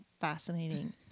fascinating